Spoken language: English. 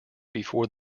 before